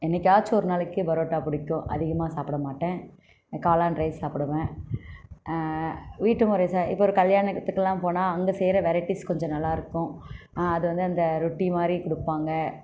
என்னைக்காச்சும் ஒரு நாளைக்கு பரோட்டா பிடிக்கும் அதிகமாக சாப்பிடமாட்டேன் காளான் ரைஸ் சாப்பிடுவேன் வீட்டுமுறை இப்போ ஒரு கல்யாணம் இடத்துக்கெல்லாம் போனால் அங்கே செய்யிற வெரைட்டீஸ் கொஞ்சம் நல்லாயிருக்கும் அது வந்து அந்த ரொட்டி மாதிரி கொடுப்பாங்க